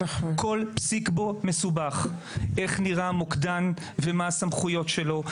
כל פסיק בו מסובך: איך נראה מוקדן ומה הסמכויות שלו,